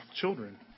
children